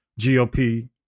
GOP